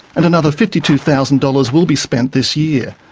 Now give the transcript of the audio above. and another fifty two thousand dollars will be spent this year.